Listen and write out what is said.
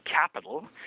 capital